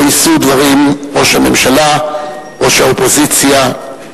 שבה יישאו דברים ראש הממשלה וראש האופוזיציה.